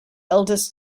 eldest